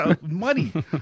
money